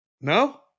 No